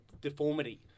deformity